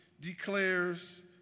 declares